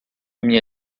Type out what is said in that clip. minha